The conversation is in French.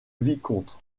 vicomte